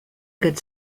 good